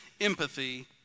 empathy